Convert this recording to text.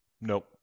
Nope